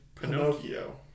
Pinocchio